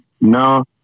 no